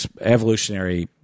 evolutionary